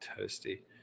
toasty